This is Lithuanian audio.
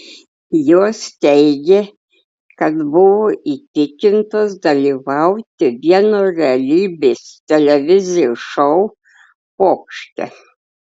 jos teigė kad buvo įtikintos dalyvauti vieno realybės televizijos šou pokšte